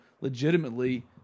legitimately